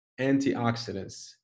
antioxidants